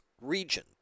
region